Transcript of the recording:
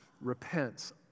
repents